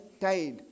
tied